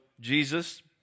Jesus